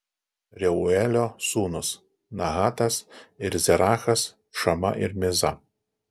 reuelio sūnūs nahatas ir zerachas šama ir miza